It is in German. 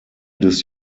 des